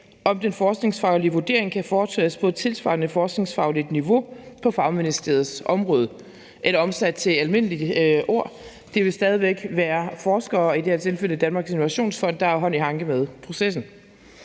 om den forskningsfaglige vurdering kan foretages på et tilsvarende forskningsfagligt niveau på fagministeriets område, eller omsat til almindelige ord: Det vil stadig væk være forskere, i det her tilfælde Danmarks Innovationsfond, der har hånd i hanke med processen.